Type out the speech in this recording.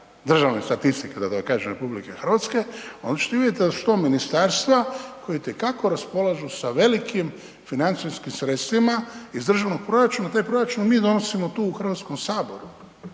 državne statistike, da tako kažem, RH, onda ćete vidjeti da su to ministarstva koja itekako raspolažu sa velikim financijskim sredstvima iz državnog proračuna, taj proračun mi donosimo tu u HS-u.